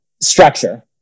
structure